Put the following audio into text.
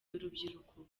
urubyiruko